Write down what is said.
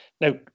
now